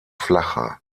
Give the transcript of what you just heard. flacher